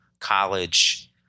college